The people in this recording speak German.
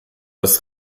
das